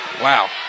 wow